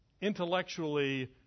intellectually